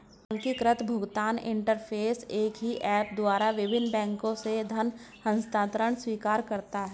एकीकृत भुगतान इंटरफ़ेस एक ही ऐप द्वारा विभिन्न बैंकों से धन हस्तांतरण स्वीकार करता है